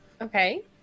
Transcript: okay